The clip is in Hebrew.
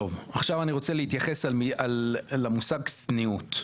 עכשיו אני רוצה להתייחס למושג צניעות.